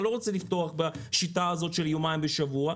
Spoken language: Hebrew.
אתה לא רוצה לפתוח בשיטה של הפעלה במשך יומיים בשבוע.